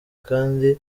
kandi